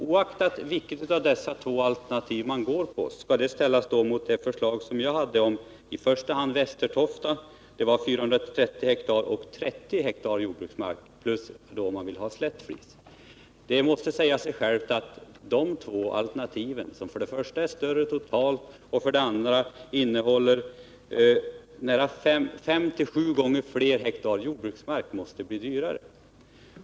Oaktat vilket av dessa två alternativ man går på skall det ställas mot mitt förslag om i första hand Västertofta som innebar 430 hektar, varav 30 hektar jordbruksmark, eller Slättflis. Det säger sig självt att de två alternativen, som för det första är större totalt och för det andra innehåller 5-7 gånger mer jordbruksmark, måste bli dyrare.